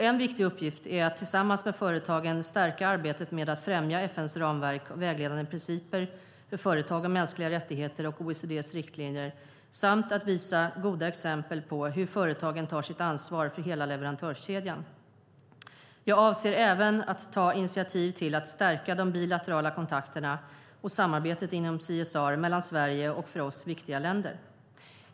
En viktig uppgift är att tillsammans med företagen stärka arbetet med att främja FN:s ramverk och vägledande principer för företag och mänskliga rättigheter och OECD:s riktlinjer samt att visa goda exempel på hur företagen tar sitt ansvar för hela leverantörskedjan. Jag avser även att ta initiativ till att stärka de bilaterala kontakterna och samarbetet inom CSR mellan Sverige och för oss viktiga länder.